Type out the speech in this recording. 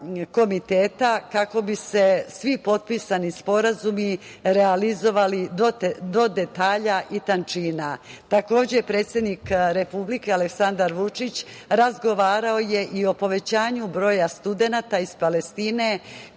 komiteta, kako bi se svi potpisani sporazumi realizovali do detalja i tančina. Takođe, predsednik Republike Aleksandar Vučić razgovarao je i o povećanju broja studenata iz Palestine